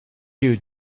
you